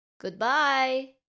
Goodbye